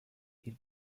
ils